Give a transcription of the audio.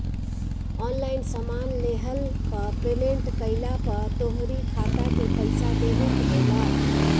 online सामान लेहला पअ पेमेंट कइला पअ तोहरी खाता से पईसा डेबिट होला